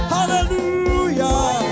Hallelujah